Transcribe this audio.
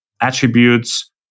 attributes